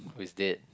who is that